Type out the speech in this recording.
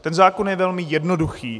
Ten zákon je velmi jednoduchý.